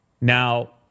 Now